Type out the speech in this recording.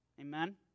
Amen